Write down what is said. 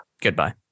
goodbye